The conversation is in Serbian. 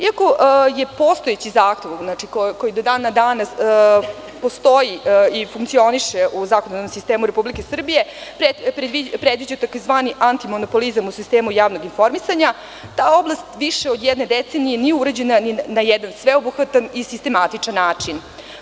Iako je postojeći zakon, koji je do dana danas postoji i funkcioniše u zakonodavnom sistemu Republike Srbije predviđa tzv. anitmonopolizamu sistemu javnog informisanja ta oblast više od jedne decenije nije urađen na jedna sveobuhvatan i sistematičan način.